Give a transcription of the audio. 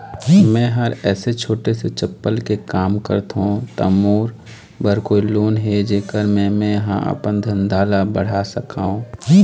मैं हर ऐसे छोटे से चप्पल के काम करथों ता मोर बर कोई लोन हे जेकर से मैं हा अपन धंधा ला बढ़ा सकाओ?